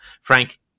Frank